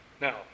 Now